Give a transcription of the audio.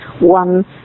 One